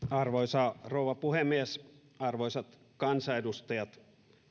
arvoisa rouva puhemies arvoisat kansanedustajat